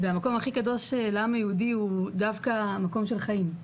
והמקום הכי קדוש לעם היהודי הוא דווקא מקום של חיים.